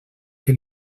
que